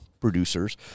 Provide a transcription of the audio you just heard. producers